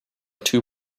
two